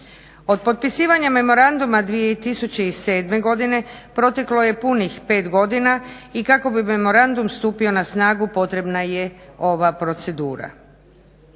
Od potpisivanja memoranduma 2007.godine proteklo je punih pet godina i kako bi memorandum stupio na snagu potrebna je ova procedura.